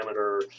parameter